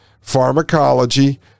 pharmacology